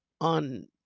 on